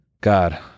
God